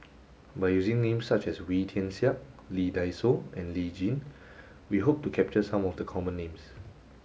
by using names such as Wee Tian Siak Lee Dai Soh and Lee Tjin we hope to capture some of the common names